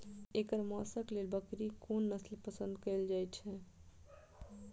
एकर मौशक लेल बकरीक कोन नसल पसंद कैल जाइ छै?